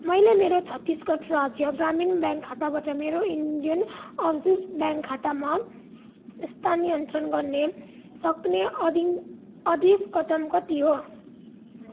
मैले मेरो छत्तिसगढ राज्य ग्रामीण ब्याङ्क खाताबाट मेरो इन्डियन ओभरसिज ब्याङ्क खातामा स्थानान्तरण गर्ने सक्ने अधिन अधिकतम कति हो